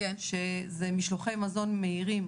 משלוחי מזון מהירים,